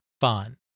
fun